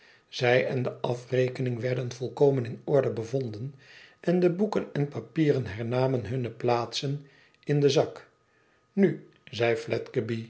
zij en de afrekening werden volkomen in orde bevonden en de boeken en papieren hernamen hunne plaatsen in den zak nu zei